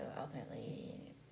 ultimately